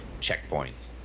checkpoints